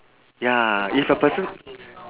ya if a person